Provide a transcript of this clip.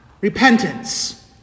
repentance